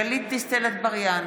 נגד גלית דיסטל אטבריאן,